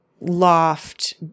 loft